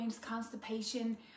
constipation